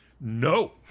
no